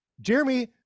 Jeremy